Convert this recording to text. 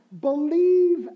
believe